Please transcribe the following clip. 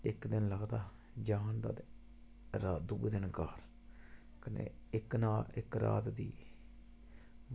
ते इक्क दिन लगदा जान दा ते रात दूऐ दिन घर कन्नै इक्क रात दी